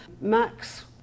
Max